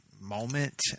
moment